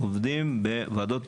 עובדים בוועדות